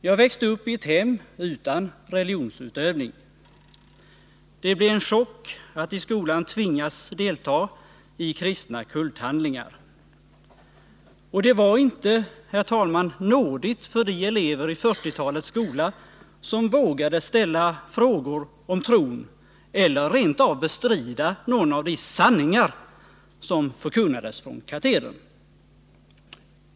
Jag växte uppi ett hem utan religionsutövning. Det blev en chock att i skolan tvingas delta i kristna kulthandlingar. Och det var inte, herr talman, nådigt för de elever i 1940-talets skola som vågade ställa frågor om tron eller rent av bestrida några av de ”sanningar” som förkunnades från katedern.